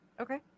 Okay